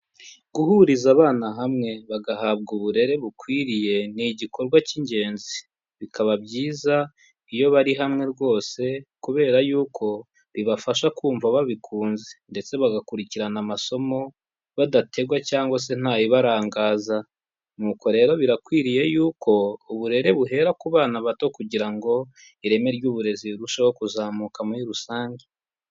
Guhuriza abana hamwe bagahabwa uburere bukwiriye ni igikorwa cy'ingenzi bikaba byiza iyo bari hamwe rwose, kubera y'uko bibafasha kumva babikunze ndetse bagakurikirana amasomo badategwa cyangwa se nta bibarangaza, n'uko rero birakwiriye y'uko uburere buhera ku bana bato kugira ngo ireme ry'uburezi rirusheho kuzamuka muri rusange.